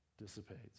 dissipates